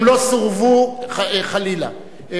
הם לא סורבו, חלילה.